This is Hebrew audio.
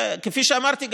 וכפי שאמרתי,